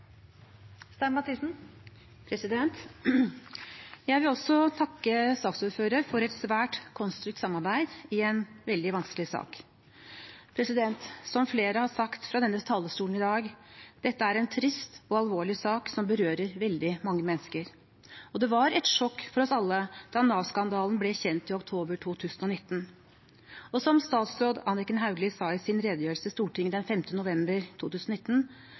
Jeg vil også takke saksordføreren for et svært konstruktivt samarbeid i en veldig vanskelig sak. Som flere har sagt fra denne talerstolen i dag: Dette er en trist og alvorlig sak som berører veldig mange mennesker. Det var et sjokk for oss alle da Nav-skandalen ble kjent i oktober 2019, og som tidligere statsråd Anniken Hauglie sa i sin redegjørelse i Stortinget den 5. november 2019,